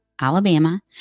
Alabama